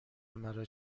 مرا